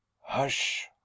Hush